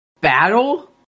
battle